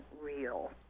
real